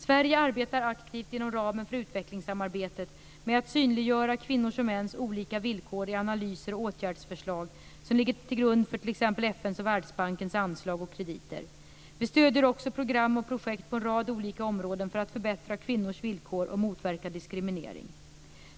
Sverige arbetar aktivt inom ramen för utvecklingssamarbetet med att synliggöra kvinnors och mäns olika villkor i analyser och åtgärdsförslag som ligger till grund för t.ex. FN:s och Världsbankens anslag och krediter. Vi stöder också program och projekt på en rad olika områden för att förbättra kvinnors villkor och motverka diskriminering.